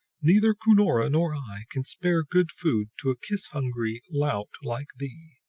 neither cunora nor i can spare good food to a kiss-hungry lout like thee!